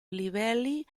livelli